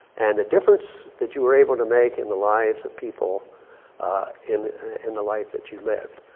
and the difference that you were able to make in the lives of people in in the life that you led.